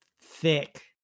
thick